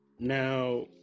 Now